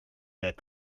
bas